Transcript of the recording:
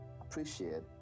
appreciate